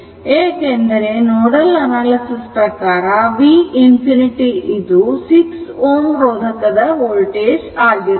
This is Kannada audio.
ಏಕೆಂದರೆ ನೋಡಲ್ ಅನಾಲಿಸಿಸ್ ಪ್ರಕಾರ v ∞ ಇದು 6 Ω ರೋಧಕದ ವೋಲ್ಟೇಜ್ ಆಗಿರುತ್ತದೆ